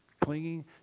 clinging